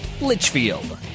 Litchfield